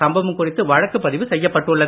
சம்பவம் குறித்து வழக்கு பதிவு செய்யப்பட்டுள்ளது